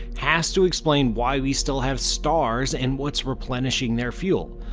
has to explain why we still have stars and what's replenishing their fuel.